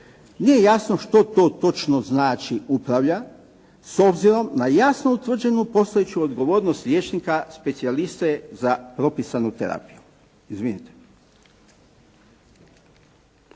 nije jasno što to točno znači upravlja s obzirom na jasno utvrđenu postojeću odgovornost liječnika specijaliste za propisanu terapiju. Pod